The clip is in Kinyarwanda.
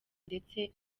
ndetse